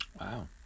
Wow